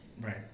Right